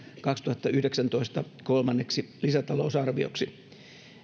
kaksituhattayhdeksäntoista kolmanneksi lisätalousarvioksi